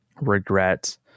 regret